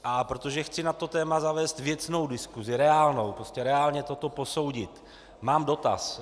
A protože chci na to téma zavést věcnou diskusi, reálnou, prostě reálně toto posoudit, mám dotaz.